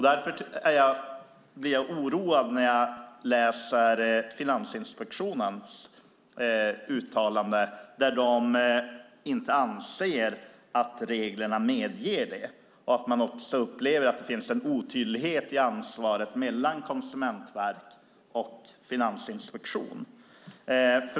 Därför blir jag oroad när jag läser Finansinspektionens uttalande där man inte anser att reglerna medger det och att man också upplever att det finns en otydlighet i ansvaret mellan Konsumentverket och Finansinspektionen.